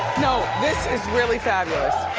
no, this is really fabulous.